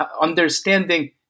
understanding